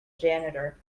janitor